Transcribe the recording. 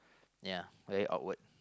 ya very outward